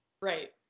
Right